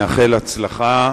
נאחל הצלחה